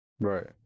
Right